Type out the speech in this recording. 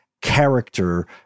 character